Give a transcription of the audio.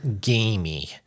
gamey